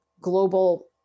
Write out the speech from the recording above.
global